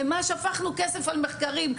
לא סתם שפכנו כסף על מחקרים,